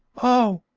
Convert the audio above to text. oh,